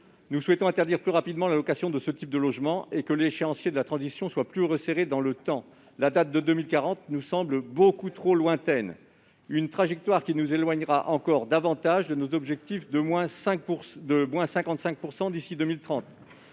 Nous souhaitons que soit interdite plus rapidement la location de ce type de logements et que l'échéancier de la transition soit plus resserré dans le temps. La date de 2040 nous semble beaucoup trop lointaine. Cette trajectoire nous éloignera encore davantage de nos objectifs de réduire de